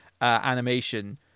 animation